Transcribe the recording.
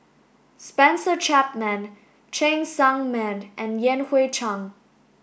Spencer Chapman Cheng Tsang Man and Yan Hui Chang